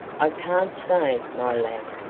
i can't say, my lad,